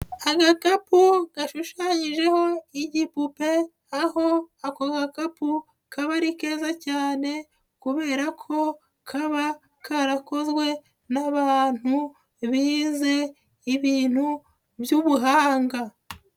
Agakapu gashushanyijeho igipupe, aho ako gakapu kaba ari keza cyane, kubera ko kaba karakozwe n'abantu bize ibintu by'ubuhanga.